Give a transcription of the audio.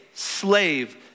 slave